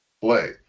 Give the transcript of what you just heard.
play